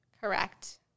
Correct